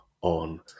on